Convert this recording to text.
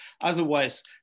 otherwise